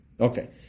Okay